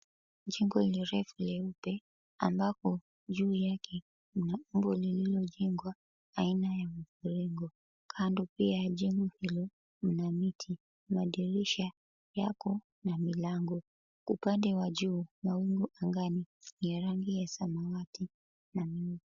Jengo lirefu leupe ambapo juu yake mna umbo lililojengwa aina ya mviringo. Kando pia ya jengo hilo mna miti, madirisha yako na milango. Upande wa juu mawingu angani ni ya rangi ya samawati na nyeupe.